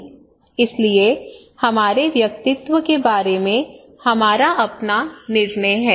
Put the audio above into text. इसलिए हमारे व्यक्तित्व के बारे में हमारा अपना निर्णय है